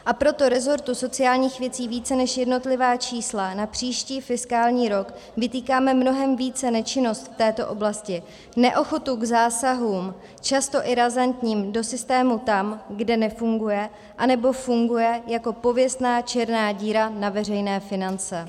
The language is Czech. A proto resortu sociálních věcí více než jednotlivá čísla na příští fiskální rok vytýkáme mnohem více nečinnost v této oblasti, neochotu k zásahům, často i razantním, do systému tam, kde nefunguje, anebo funguje jako pověstná černá díra na veřejné finance.